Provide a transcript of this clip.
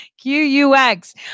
Q-U-X